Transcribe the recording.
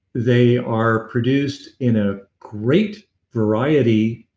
they are produced in a great variety